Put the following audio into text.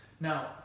Now